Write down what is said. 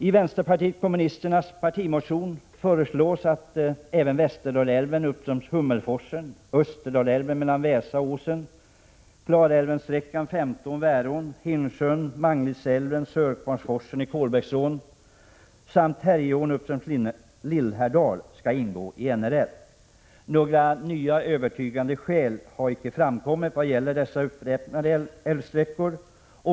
I vänsterpartiet kommunisternas partimotion föreslås att även Västerdalälven uppströms Hummelforsen, Österdalälven mellan Väsa och Åsen, Klarälven sträckan Femtån-Värån, Hinnsjöån, Manglidsälven, Sörkvarnsforsen i Kolbäcksån och Härjeån uppströms Lillhärdal skall ingå i NRL. Några nya övertygande skäl har icke framkommit vad gäller dessa uppräknade älvsträckor.